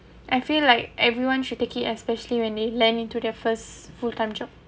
I feel like everyone should take it especially when the land into their first full time job